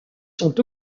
sont